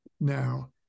now